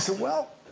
so well,